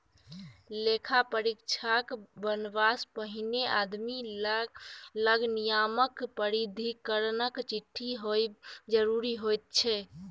लेखा परीक्षक बनबासँ पहिने आदमी लग नियामक प्राधिकरणक चिट्ठी होएब जरूरी होइत छै